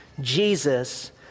Jesus